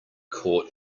caught